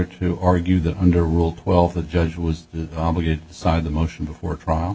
to argue that under rule twelve the judge was obligated to side the motion before trial